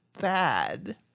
bad